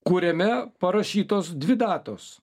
kuriame parašytos dvi datos